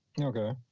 Okay